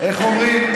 איך אומרים?